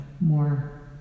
more